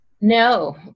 No